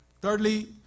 Thirdly